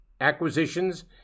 acquisitions